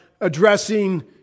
addressing